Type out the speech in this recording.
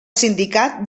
sindicat